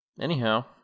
Anyhow